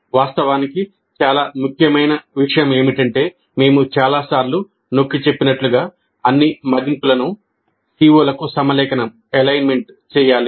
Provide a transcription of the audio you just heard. వాస్తవానికి చాలా ముఖ్యమైన విషయం ఏమిటంటే మేము చాలాసార్లు నొక్కిచెప్పినట్లుగా అన్ని మదింపులను CO లకు సమలేఖనం చేయాలి